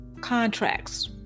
contracts